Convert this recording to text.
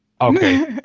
okay